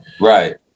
right